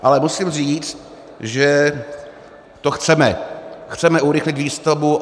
Ale musím říct, že to chceme, chceme urychlit výstavbu.